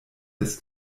des